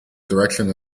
direction